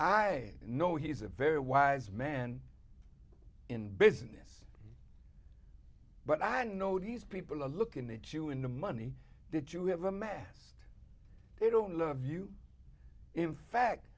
i know he's a very wise man in business but i know these people are looking at you and the money that you have amassed they don't love you in fact